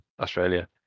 Australia